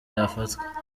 yafatwa